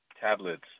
tablets